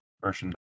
version